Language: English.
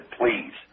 please